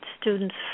students